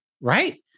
right